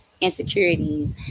insecurities